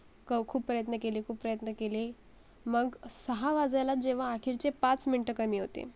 क खूप प्रयत्न केले खूप प्रयत्न केले मग सहा वाजायला जेव्हा आखिरचे पाच मिनटं कमी होते